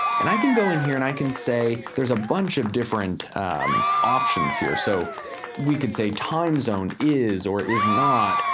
and i can go in here and i can say there's a bunch of different options here, so we could say time zone is or is not,